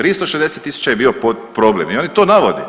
360 tisuća je bio problem i oni to navode.